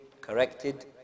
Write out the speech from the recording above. corrected